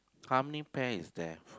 how many pear is there